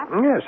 Yes